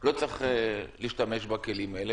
לא צריך להשתמש בכלים האלה.